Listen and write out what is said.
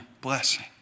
blessing